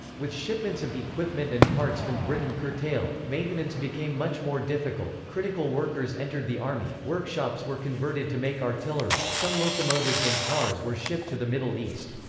with shipments of equipment and parts from britain curtailed, maintenance became much more difficult critical workers entered the army workshops were converted to make artillery some locomotives and cars were shipped to the middle east.